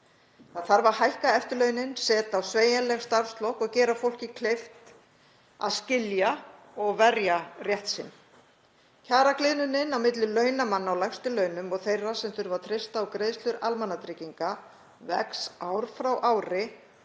Það þarf að hækka eftirlaunin, setja á sveigjanleg starfslok og gera fólki kleift að skilja og verja rétt sinn. Kjaragliðnunin á milli launamanna á lægstu launum og þeirra sem þurfa að treysta á greiðslur almannatrygginga vex ár frá ári